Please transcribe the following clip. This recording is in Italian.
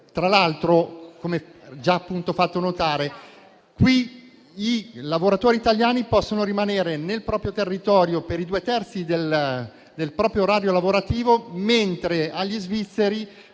Tra l'altro, come è già stato fatto notare, i lavoratori italiani possono rimanere sul proprio territorio per i due terzi del proprio orario lavorativo, mentre ai lavoratori